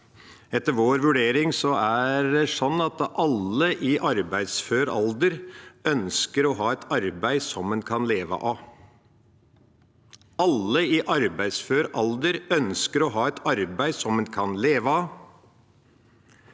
Etter vår vurdering er det slik at alle i arbeidsfør alder ønsker å ha et arbeid som en kan leve av – alle i arbeidsfør alder ønsker å ha et arbeid en kan leve av.